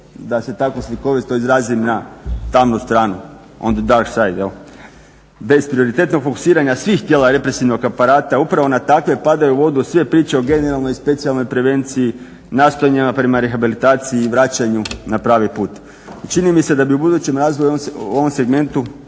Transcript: da se tako slikovito izrazim na tamnu stranu – on the dark side jel'. Bez prioritetnog fokusiranja svih tijela represivnog aparata upravo na takve padaju u vodu sve priče o genijalnoj i specijalnoj prevenciji nastojanjima prema rehabilitaciji i vraćanju na pravi put. Čini mi se da bi u budućem razvoju u ovom segmentu